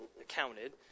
accounted